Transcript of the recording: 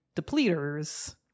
depleters